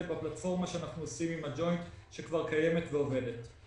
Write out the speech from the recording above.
בפלטפורמה שאנחנו עושים עם הג'וינט שכבר קיימת ועובדת.